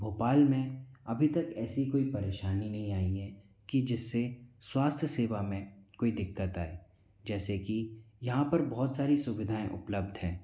भोपाल में अभी तक ऐसी कोई परेशानी नहीं आईं हैं कि जिससे स्वास्थ्य सेवा में कोई दिक्कत आए जैसे कि यहाँ पर बहुत सारी सुविधाएँ उपलब्ध है